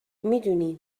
میدونی